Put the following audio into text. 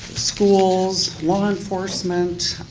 schools, law enforcement,